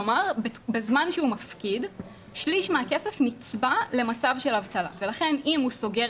כלומר בזמן שהוא מפקיד שליש מהכסף נצבע למצב של אבטלה ולכן אם הוא סוגר